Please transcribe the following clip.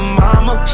mama